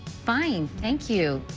fine. thank you.